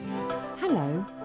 Hello